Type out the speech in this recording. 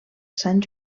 sant